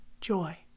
joy